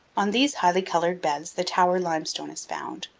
on these highly colored beds the tower limestone is found,